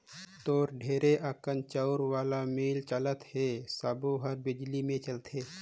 तोर ढेरे अकन चउर वाला मील चलत हे सबो हर बिजली मे चलथे